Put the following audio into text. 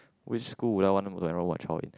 which school would I want to enroll what college